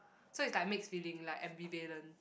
so it's like a mixed feeling like ambivalent